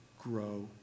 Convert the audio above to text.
grow